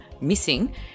missing